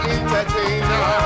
Entertainer